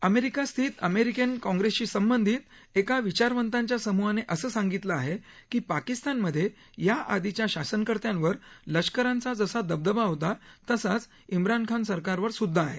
America स्थित American काँग्रेसशी संबंधीत एका विचारवंताच्या समूहाने असं सांगितलं आहे की पाकिस्तानमधे या आधीच्या शासनकर्त्यांव लष्कराचा जसा दबदबा होता तसाच इम्रान खान सरकारवर स्द्धा आहे